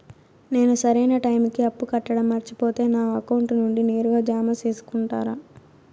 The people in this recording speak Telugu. నేను సరైన టైముకి అప్పు కట్టడం మర్చిపోతే నా అకౌంట్ నుండి నేరుగా జామ సేసుకుంటారా?